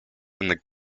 and